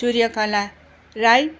Suryakala Rai